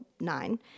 nine